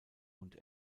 und